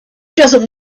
doesn’t